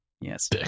Yes